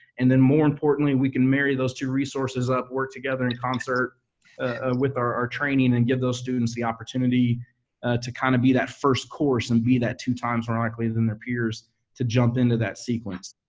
and then more importantly, we can marry those two resources up, work together in concert with our training and give those students the opportunity to kind of be that first course and be that two times more likely than their peers to jump into that sequence.